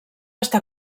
està